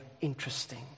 interesting